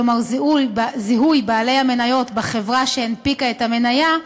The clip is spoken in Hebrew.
כלומר זיהוי בעלי המניות בחברה שהנפיקה את המניה,